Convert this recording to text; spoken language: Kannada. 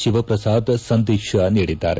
ಶಿವಪ್ರಸಾದ್ ಸಂದೇಶ ನೀಡಿದ್ದಾರೆ